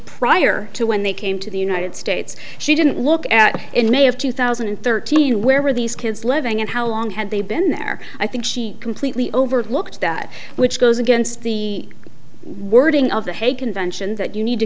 prior to when they came to the united states she didn't look at in may of two thousand and thirteen where were these kids living and how long had they been there i think she completely overlooked that which goes against the wording of the hague convention that you need to